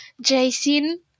Jason